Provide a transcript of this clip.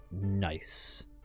nice